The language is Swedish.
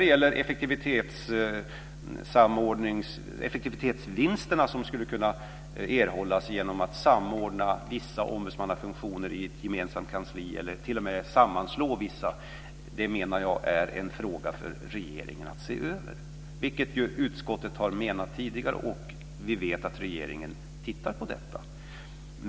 Detta med de effektivitetsvinster som skulle kunna erhållas genom samordning av vissa ombudsmannafunktioner i ett gemensamt kansli eller t.o.m. genom sammanslagning av vissa menar jag är en sak för regeringen att se över, vilket utskottet tidigare har menat. Vi vet dessutom att regeringen tittar på detta.